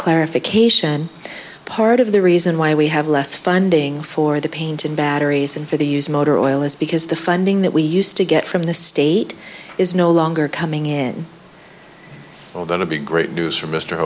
clarification part of the reason why we have less funding for the paint and batteries and for the used motor oil is because the funding that we used to get from the state is no longer coming in although to be great news for m